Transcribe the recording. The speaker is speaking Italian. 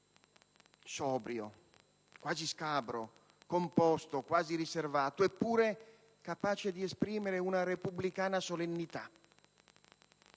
sobrio, quasi scabro, composto, quasi riservato, eppure capace di esprimere una repubblicana solennità